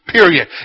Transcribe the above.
Period